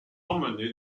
emmené